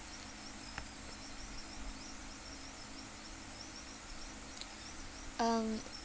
um